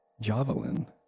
Javelin